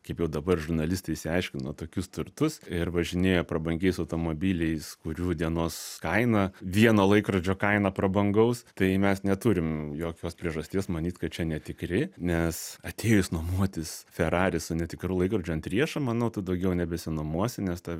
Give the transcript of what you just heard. kaip jau dabar žurnalistai išsiaiškino tokius turtus ir važinėja prabangiais automobiliais kurių dienos kaina vieno laikrodžio kaina prabangaus tai mes neturim jokios priežasties manyt kad čia netikri nes atėjus nuomotis ferari su netikru laikrodžiu ant riešo manau tu daugiau nebesinuomosi nes ta